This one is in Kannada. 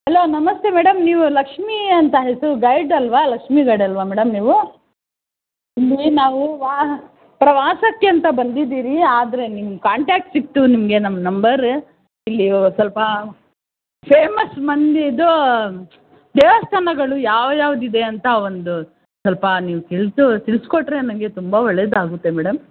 ಹಲೋ ನಮಸ್ತೆ ಮೇಡಮ್ ನೀವು ಲಕ್ಷ್ಮೀ ಅಂತ ಹೆಸರು ಗೈಡ್ ಅಲ್ವಾ ಲಕ್ಷ್ಮೀ ಗೈಡ್ ಅಲ್ವಾ ಮೇಡಮ್ ನೀವು ಇಲ್ಲಿ ನಾವು ವಾ ಪ್ರವಾಸಕ್ಕೆ ಅಂತ ಬಂದಿದ್ದೀವಿ ಆದರೆ ನಿಮ್ಮ ಕಾಂಟಾಕ್ಟ್ ಸಿಕ್ತು ನಿಮಗೆ ನಮ್ಮ ನಂಬರ್ ಇಲ್ಲಿ ಸ್ವಲ್ಪ ಫೇಮಸ್ ಮಂದ ಇದು ದೇವಸ್ಥಾನಗಳು ಯಾವ್ಯಾವುದಿದೆ ಅಂತ ಒಂದು ಸ್ವಲ್ಪ ನೀವು ತಿಳ್ಸಿ ತಿಳಿಸ್ಕೊಟ್ರೆ ನನಗೆ ತುಂಬ ಒಳ್ಳೆದಾಗುತ್ತೆ ಮೇಡಮ್